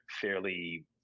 fairly